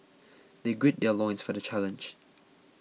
they gird their loins for the challenge